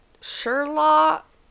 Sherlock